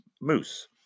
moose